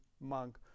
monk